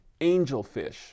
angelfish